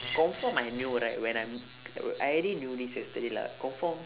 confirm I know right when I m~ wh~ I already knew this yesterday lah confirm